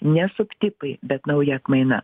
ne subtipai bet nauja atmaina